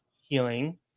healing